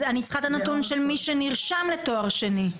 אז אני צריכה את הנתון של מי שנרשם לתואר שני.